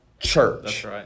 church